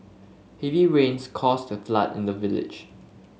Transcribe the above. heavy rains caused a flood in the village